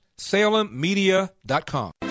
SalemMedia.com